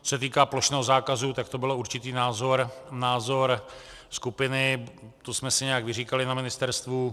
Co se týká plošného zákazu, tak to byl určitý názor skupiny, to jsme si nějak vyříkali na ministerstvu.